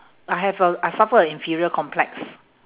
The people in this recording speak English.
I have a I suffer a inferior complex